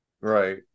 Right